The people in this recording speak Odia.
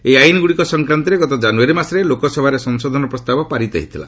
ଏହି ଆଇନଗୁଡ଼ିକ ସଂକ୍ରାନ୍ତରେ ଗତ ଜାନୁୟାରୀ ମାସରେ ଲୋକସଭାରେ ସଂଶୋଧନ ପ୍ରସ୍ତାବ ପାରିତ ହୋଇଥିଲା